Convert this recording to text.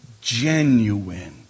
genuine